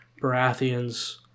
Baratheons